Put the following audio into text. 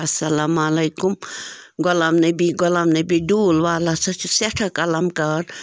السلام علیکُم غلام نبی غلام نبی ڈوٗل والا سا چھُ سٮ۪ٹھاہ قَلمکار